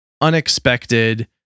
unexpected